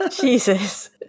Jesus